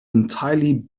entirely